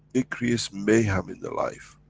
it creates mayhem in the life.